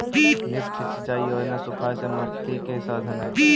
lift सिंचाई योजना सुखाड़ से मुक्ति के साधन हई